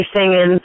singing